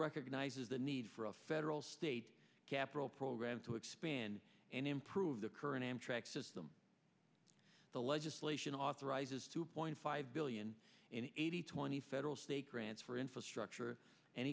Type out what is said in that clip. recognizes the need for a federal state capital program to expand and improve the current amtrak system the legislation authorizes two point five billion and eighty twenty federal state grants for infrastructure